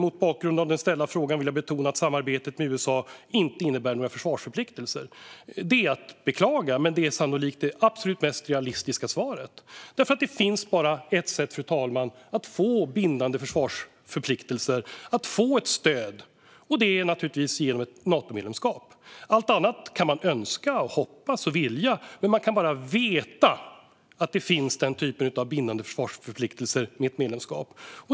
Mot bakgrund av den ställda frågan vill jag betona att samarbetet med USA inte innebär några försvarsförpliktelser. Det är att beklaga, men det är sannolikt det absolut mest realistiska svaret. Det finns nämligen bara ett sätt att få bindande försvarsförpliktelser och ett stöd, fru talman, och det är naturligtvis genom ett Natomedlemskap. Allt annat kan man önska sig, hoppas på och vilja ha, men bara med ett medlemskap kan man veta att den typen av bindande försvarsförpliktelser finns.